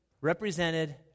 represented